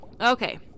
Okay